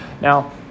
Now